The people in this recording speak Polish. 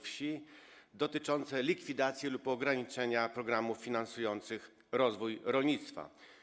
Wsi dotyczące likwidacji lub ograniczenia programów finansujących rozwój rolnictwa.